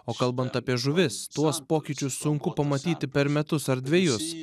o kalbant apie žuvis tuos pokyčius sunku pamatyti per metus ar dvejus